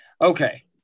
Okay